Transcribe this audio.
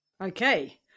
Okay